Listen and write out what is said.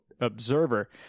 observer